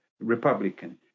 Republican